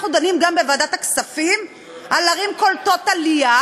אנחנו דנים גם בוועדת הכספים על ערים קולטות עלייה,